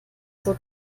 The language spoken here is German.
zur